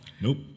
Nope